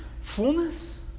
fullness